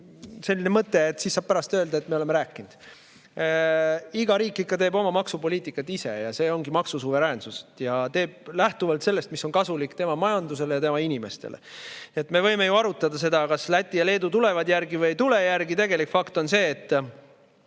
see mõte, et siis saab pärast öelda, et me oleme rääkinud. Iga riik teeb oma maksupoliitikat ikka ise ja see ongi maksusuveräänsus. Ja [iga riik] teeb seda lähtuvalt sellest, mis on kasulik tema majandusele ja tema inimestele. Me võime ju arutada seda, kas Läti ja Leedu tulevad järgi või ei tule järgi. Tegelik fakt on see, et